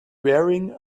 wearing